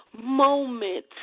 moment